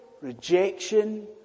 rejection